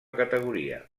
categoria